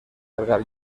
cargar